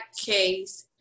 case